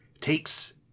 takes